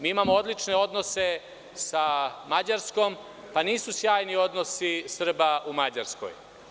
Mi imamo odlične odnose sa Mađarskom, pa nisu sjajni odnosi Srba u Mađarskoj.